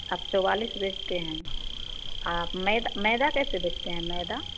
आप चौवालीस बेचते हैं आप मैदा मैदा कैसे बेचते हैं मैदा